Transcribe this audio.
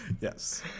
Yes